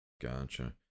Gotcha